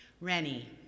Rennie